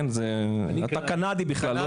אתה קנדי בכלל,